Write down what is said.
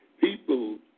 people